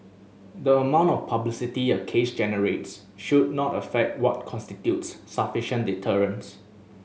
the amount of publicity a case generates should not affect what constitutes sufficient deterrence